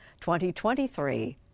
2023